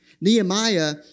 Nehemiah